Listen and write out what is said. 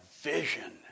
Vision